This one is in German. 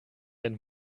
ein